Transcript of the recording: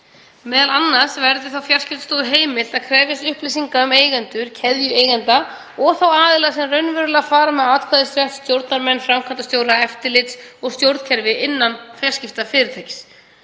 Meðal annars verður Fjarskiptastofu heimilt að krefjast upplýsinga um eigendur, keðju eigenda og þá aðila sem raunverulega fara með atkvæðisrétt, stjórnarmenn, framkvæmdastjóra, eftirlits- og stjórnkerfi innan fjarskiptafyrirtækis.